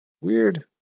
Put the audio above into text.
weird